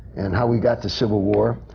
and how we got to civil war,